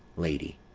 lady.